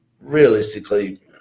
Realistically